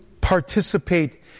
participate